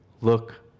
look